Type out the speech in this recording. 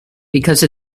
because